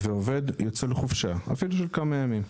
יוצא לחופשה, אפילו של כמה ימים,